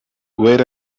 wait